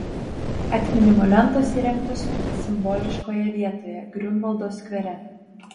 atminimo lentos įrengtos simboliškoje vietoje griunvaldo skvere